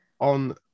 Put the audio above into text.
On